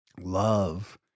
love